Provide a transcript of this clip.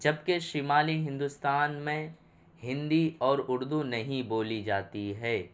جب کہ شمالی ہندوستان میں ہندی اور اردو نہیں بولی جاتی ہے